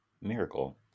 Miracle